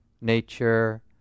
nature